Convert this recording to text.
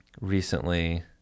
recently